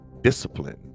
discipline